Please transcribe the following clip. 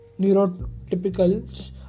neurotypicals